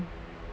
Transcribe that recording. um